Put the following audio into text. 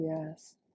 Yes